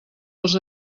els